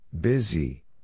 Busy